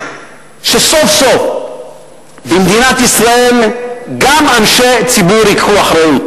שסוף-סוף במדינת ישראל גם אנשי ציבור ייקחו אחריות.